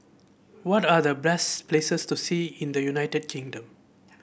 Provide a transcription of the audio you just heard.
what are the best places to see in the United Kingdom